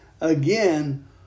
Again